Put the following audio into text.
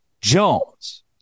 Jones